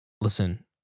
listen